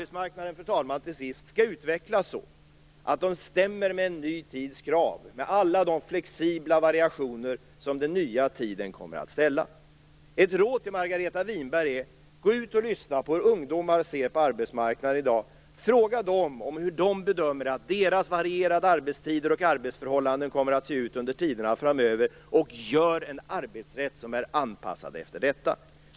Till sist, fru talman: Arbetsmarknaden skall utvecklas så att den stämmer med en ny tids krav, med alla de flexibla variationer som den nya tiden kommer att kräva. Ett råd till Margareta Winberg är: Gå ut och lyssna på hur ungdomar i dag ser på arbetsmarknaden. Fråga dem hur de bedömer att deras varierade arbetstider och arbetsförhållanden kommer att se ut framöver och gör en arbetsrätt som är anpassad efter detta.